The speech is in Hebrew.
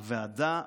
הוועדה,